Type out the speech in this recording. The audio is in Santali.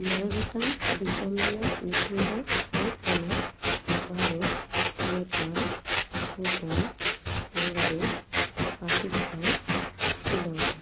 ᱢᱚᱬᱮ ᱜᱚᱴᱟᱝ ᱫᱤᱥᱚᱢ ᱨᱮᱭᱟᱜ ᱧᱩᱛᱩᱢ ᱫᱚ ᱦᱩᱭᱩᱜ ᱠᱟᱱᱟ ᱵᱷᱟᱨᱚᱛ ᱱᱮᱯᱟᱞ ᱵᱷᱩᱴᱟᱱ ᱵᱟᱝᱞᱟᱫᱮᱥ ᱯᱟᱠᱤᱥᱛᱷᱟᱱ ᱥᱨᱤᱞᱚᱝᱠᱟ